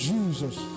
Jesus